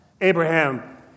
Abraham